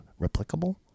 Replicable